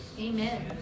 Amen